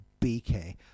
BK